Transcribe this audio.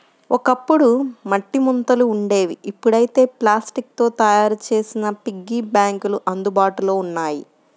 ఒకప్పుడు మట్టి ముంతలు ఉండేవి ఇప్పుడైతే ప్లాస్టిక్ తో తయ్యారు చేసిన పిగ్గీ బ్యాంకులు అందుబాటులో ఉన్నాయి